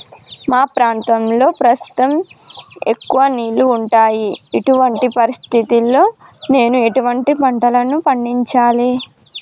మా ప్రాంతంలో ప్రస్తుతం ఎక్కువ నీళ్లు ఉన్నాయి, ఇటువంటి పరిస్థితిలో నేను ఎటువంటి పంటలను పండించాలే?